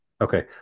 Okay